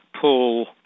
pull